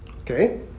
Okay